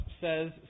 says